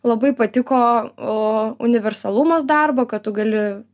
labai patiko universalumas darbo kad tu gali